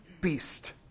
beast